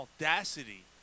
audacity